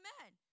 Amen